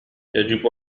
يجب